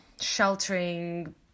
sheltering